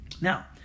Now